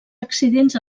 accidents